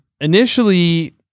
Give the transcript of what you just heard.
Initially